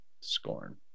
Scorn